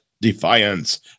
defiance